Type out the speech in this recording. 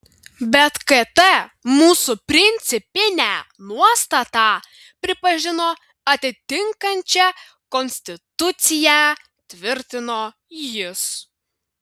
bet kt mūsų principinę nuostatą pripažino atitinkančia konstituciją tvirtino jis